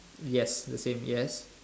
yes the same yes